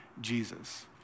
Jesus